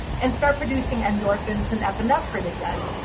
and start producing endorphins and epinephrine again.